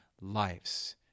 lives